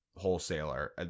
Wholesaler